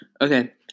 okay